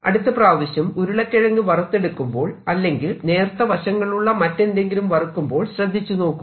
അടുത്ത പ്രാവശ്യം ഉരുളക്കിഴങ്ങ് വറുത്തെടുക്കുമ്പോൾ അല്ലെങ്കിൽ നേർത്ത വശങ്ങളുള്ള മറ്റെന്തെങ്കിലും വറുക്കുമ്പോൾ ശ്രദ്ധിച്ചുനോക്കൂ